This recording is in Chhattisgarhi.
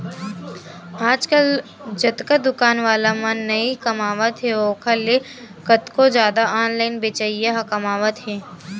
आजकल जतका दुकान वाला मन नइ कमावत हे ओखर ले कतको जादा ऑनलाइन बेचइया ह कमावत हें